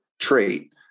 trait